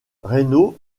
reno